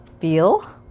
feel